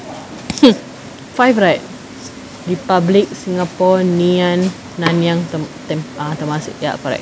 five right republic singapore ngee ann nanyang term than a temasek ya correct